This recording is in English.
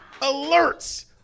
alerts